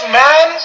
man